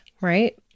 right